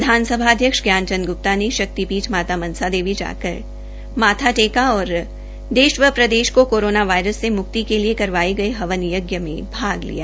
विधानसभा अध्यक्ष ज्ञानचंद गुप्ता ने शक्ति पीठ माता मनसा देवी जाकर माथा टोका और देश व प्रदेश को कोरोना वायरस से मुक्ति के लिए कररवाए गए हवन यज्ञ में भाग लिया